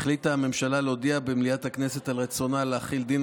החליטה הממשלה להודיע במליאת הכנסת על רצונה להחיל דין